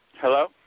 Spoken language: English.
Hello